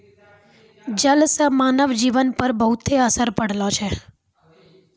जल से मानव जीवन पर बहुते असर पड़लो छै